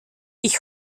ich